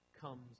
comes